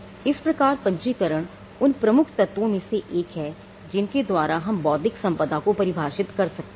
इस प्रकार पंजीकरण उन प्रमुख तत्वों में से एक है जिनके द्वारा हम बौद्धिक संपदा को परिभाषित कर सकते हैं